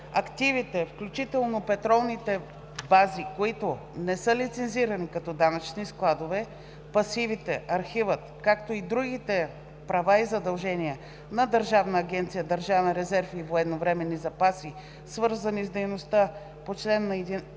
Активите, включително петролните бази, които не са лицензирани като данъчни складове, пасивите, архивът, както и другите права и задължения на Държавна агенция „Държавен резерв и военновременни запаси“, свързани с дейността по чл. 11б, ал.